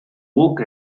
guk